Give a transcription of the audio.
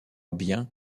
bien